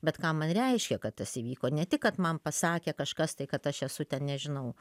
bet ką man reiškia kad tas įvyko ne tik kad man pasakė kažkas tai kad aš esu ten nežinau